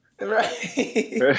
Right